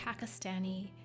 Pakistani